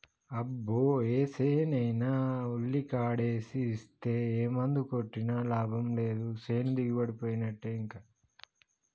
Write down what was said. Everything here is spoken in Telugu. అబ్బో ఏసేనైనా ఉల్లికాడేసి ఇస్తే ఏ మందు కొట్టినా లాభం లేదు సేను దిగుబడిపోయినట్టే ఇంకా